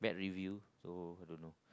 bad review so